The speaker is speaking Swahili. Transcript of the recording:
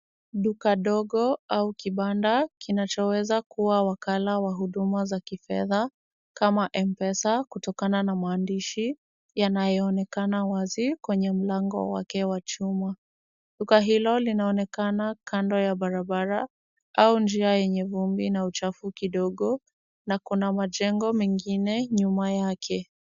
Duka ndogo au kibanda kinachoweza kuwa wakala wa huduma za kifedha kama m_pesa kutokana na maandishi yanayoonekana wazi kwenye mlango wake wa chuma. Duka hilo linaonekana kando ya barabara au njia yenye vumbi na uchafu kidogo na kuna majengo mengine nyuma yake.